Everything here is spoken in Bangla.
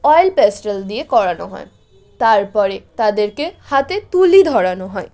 অয়েল প্যাস্টেল দিয়ে করানো হয় তারপরে তাদেরকে হাতে তুলি ধরানো হয়